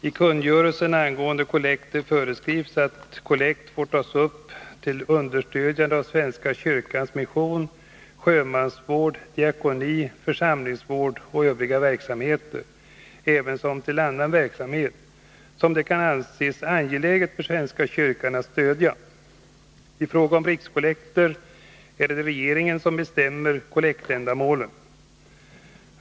I kungörelsen angående kollekter föreskrivs att kollekt får tas upp ”till understödjande av svenska kyrkans mission, sjömansvård, diakoni, församlingsvård och övriga verksamheter, ävensom till annan verksamhet, som det kan anses angeläget för svenska kyrkan att stödja”. I fråga om rikskollekter är det regeringen som bestämmer kollektändamålen.